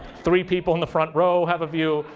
three people in the front row have a view.